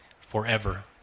forever